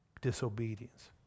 disobedience